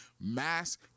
mass